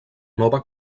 nova